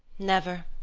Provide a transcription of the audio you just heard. never!